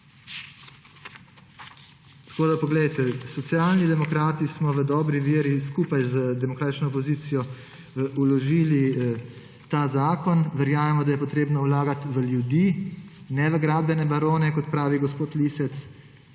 demokratska stranka. Socialni demokrati smo v dobri veri skupaj z demokratično opozicijo vložili ta zakon. Verjamemo, da je potrebno vlagati v ljudi, ne v gradbene barone, kot pravi gospod Lisec.